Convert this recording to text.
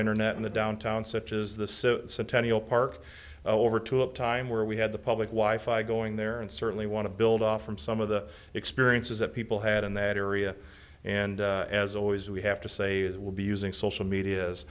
internet in the downtown such as the centennial park over to a time where we had the public wi fi going there and certainly want to build off from some of the experiences that people had in that area and as always we have to say that will be using social media